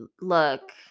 look